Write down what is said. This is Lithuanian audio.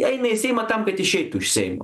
eina į seimą tam kad išeitų iš seimo